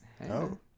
No